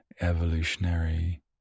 evolutionary